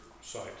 site